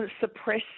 suppress